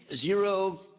zero